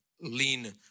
Lean